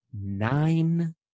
nine